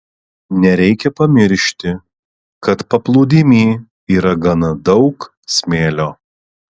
nereikia pamiršti kad paplūdimy yra gana daug smėlio